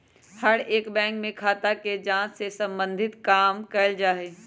हर एक बैंक में खाता के जांच से सम्बन्धित काम कइल जा हई